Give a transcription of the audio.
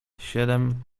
siedem